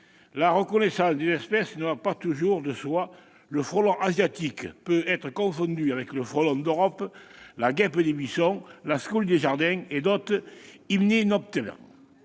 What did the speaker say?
la reconnaissance des espèces ne va pas toujours de soi, le frelon asiatique pouvant être confondu avec le frelon d'Europe, la guêpe des buissons, la scolie des jardins et autres